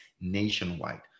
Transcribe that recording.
nationwide